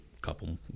couple